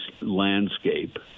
landscape